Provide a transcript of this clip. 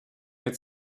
mehr